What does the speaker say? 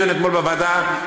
דיון בוועדה,